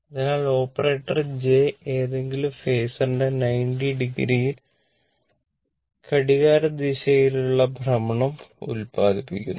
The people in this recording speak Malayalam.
അതിനാൽ ഓപ്പറേറ്റർ j ഏതെങ്കിലും ഫേസറിന്റെ 90o എതിർ ഘടികാരദിശയിലുള്ള ഭ്രമണം ഉത്പാദിപ്പിക്കുന്നു